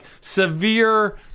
severe